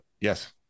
yes